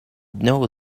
know